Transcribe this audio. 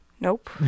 Nope